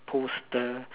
poster